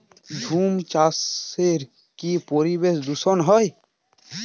ঝুম চাষে কি পরিবেশ দূষন হয়?